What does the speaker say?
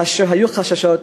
כאשר היו חששות,